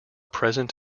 present